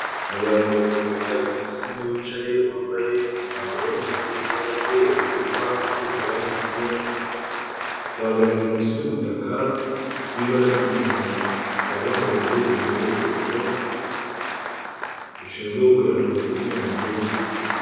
Abantu babiri bahagaze ndetse n’umwe wicaye wambaye umwambaro w'umuhondo, cyangwa se wambikwa abakozi ba MTN bahagaze munsi y’umutaka wibara ry'umuhondo, bakaba bahagaze imbere y’ipoto rishinzwe gukwirakwiza insinga m’ugihugu.